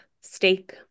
steak